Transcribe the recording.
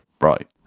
Right